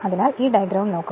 അതിനാൽ ഈ ഡയഗ്രവും നോക്കുക